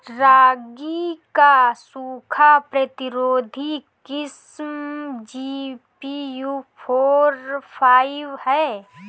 रागी क सूखा प्रतिरोधी किस्म जी.पी.यू फोर फाइव ह?